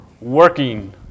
Working